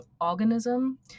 organism